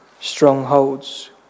strongholds